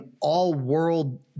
all-world